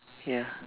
ya